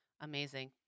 Amazing